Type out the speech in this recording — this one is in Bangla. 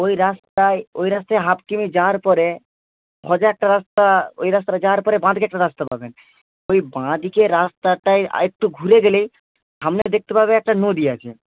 ওই রাস্তায় ওই রাস্তায় হাফ কিমি যাওয়ার পরে হয়তো একটা রাস্তা ওই রাস্তাটা যাওয়ার পরে বাঁ দিকে একটা রাস্তা পাবেন ওই বাঁ দিকে রাস্তাটায় আর একটু ঘুরে গেলেই সামনে দেখতে পাবে একটা নদী আছে